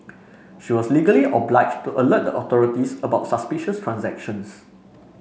she was legally obliged to alert the authorities about suspicious transactions